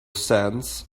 sands